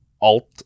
alt